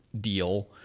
deal